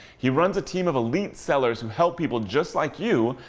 he runs a team of elite sellers who help people just like you,